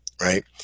right